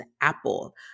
Apple